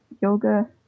yoga